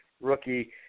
rookie